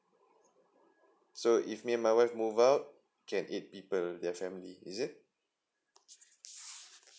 so if me and my wife move out can eight people with their family is it